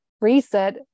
reset